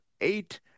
eight